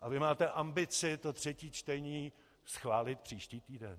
A vy máte ambici to třetí čtení schválit příští týden.